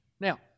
Now